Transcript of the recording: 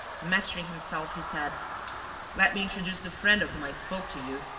mastering himself, he said let me introduce the friend of whom i spoke to you,